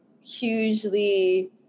hugely